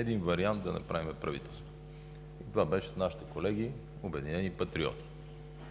един вариант да направим правителство – с нашите колеги „Обединени патриоти“.